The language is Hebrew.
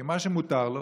כי מה שמותר לו,